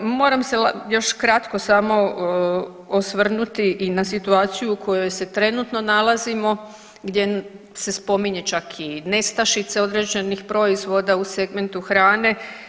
Moram se još kratko samo osvrnuti i na situaciju u kojoj se trenutno nalazimo gdje se spominje čak i nestašica određenih proizvoda u segmentu hrane.